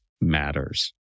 matters